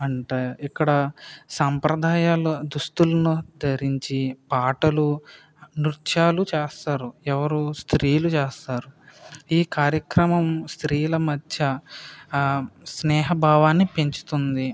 అంటే ఇక్కడ సాంప్రదాయాలు దుస్తులని ధరించి పాటలు నృత్యాలు చేస్తారు ఎవరు స్త్రీలు చేస్తారు ఈ కార్యక్రమం స్త్రీల మధ్య స్నేహభావాన్ని పెంచుతుంది